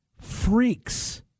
freaks